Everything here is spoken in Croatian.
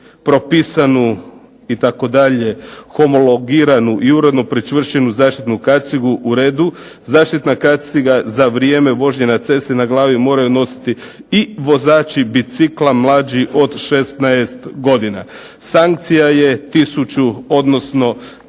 propisanu homologiranu i uredno pričvršćenu zaštitnu kacigu", u redu, "zaštitna kaciga za vrijeme vožnje na cesti na glavi moraju nositi i vozači bicikla mlađi od 16 godina". Sankcija je 1000 odnosno 300